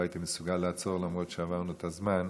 שלא הייתי מסוגל לעצור למרות שעברנו את הזמן,